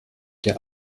der